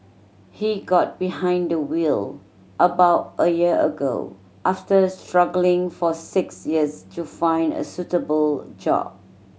he got behind the wheel about a year ago after struggling for six years to find a suitable job